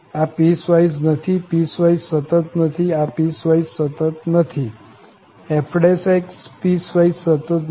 આ પીસવાઈસ નથી પીસવાઈસ સતત નથી આ પીસવાઈસ સતત નથી f પીસવાઈસ સતત નથી